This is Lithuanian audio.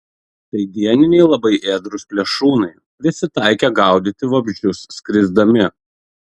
tai dieniniai labai ėdrūs plėšrūnai prisitaikę gaudyti vabzdžius skrisdami